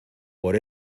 por